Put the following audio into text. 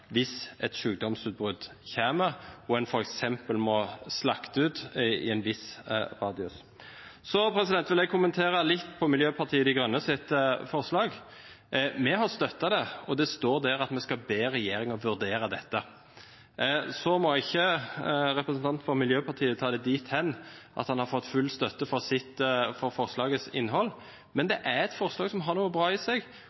hvis et sykdomsutbrudd kommer og en f.eks. må slakte ut i en viss radius. Jeg vil kommentere Miljøpartiet De Grønnes forslag: Vi har støttet dem. Det står at vi skal be regjeringen vurdere dette. Representanten fra Miljøpartiet De Grønne må ikke tolke det dithen at han har fått full støtte for forslagenes innhold, men det er forslag som har noe bra i seg,